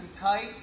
tight